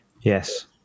Yes